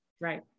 Right